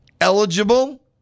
eligible